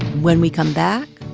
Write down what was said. when we come back,